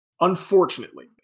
Unfortunately